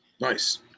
Nice